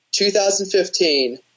2015